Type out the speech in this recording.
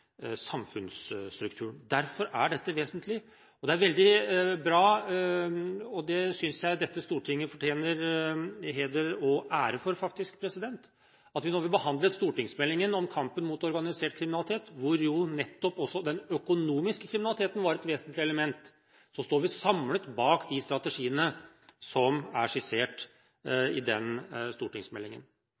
er veldig bra – og det synes jeg dette Stortinget fortjener heder og ære for – at vi når vi behandler stortingsmeldingen om kampen mot organisert kriminalitet, hvor jo nettopp også den økonomiske kriminaliteten var et vesentlig element, står vi samlet bak de strategiene som er skissert i den stortingsmeldingen.